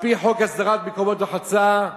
על-פי חוק הסדרת מקומות רחצה,